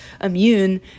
immune